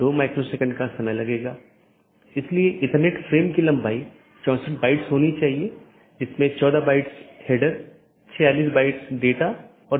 BGP को एक एकल AS के भीतर सभी वक्ताओं की आवश्यकता होती है जिन्होंने IGBP कनेक्शनों को पूरी तरह से ठीक कर लिया है